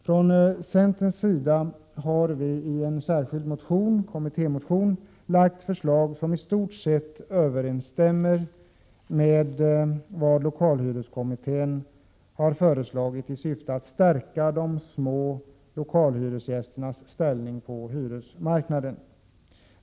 Från centerns sida har vi i en särskild kommittémotion lagt fram förslag som i stort sett överensstämmer med vad lokalhyreskommittén föreslog, i syfte att stärka de små lokalhyresgästernas ställning på hyresmarknaden.